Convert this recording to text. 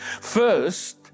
first